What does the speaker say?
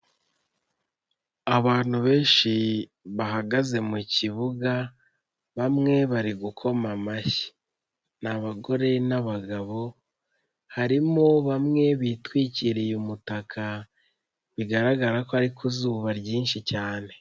Abantu benshi bahagaze mu kibuga, bamwe bari gukoma amashyi. Ni abagore n'abagabo, harimo bamwe bitwikiriye umutaka bigaragara ko ariko ku zuba ryinshi cyane.